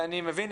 ואני מבין,